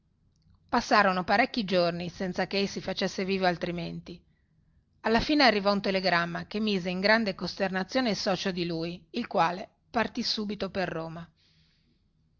passarono parecchi giorni senza che ei si facesse vivo altrimenti alla fine arrivò un telegramma che mise in grande costernazione il socio di lui il quale partì subito per roma